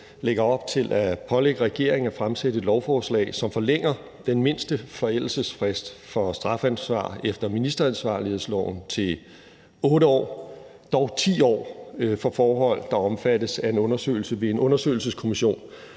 lægger op til at pålægge regeringen at fremsætte et lovforslag, som forlænger den mindste forældelsesfrist for strafansvar efter ministeransvarlighedsloven til 8 år, dog til 10 år for forhold, der omfattes af en undersøgelse ved en undersøgelseskommission.